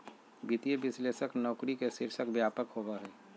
वित्तीय विश्लेषक नौकरी के शीर्षक व्यापक होबा हइ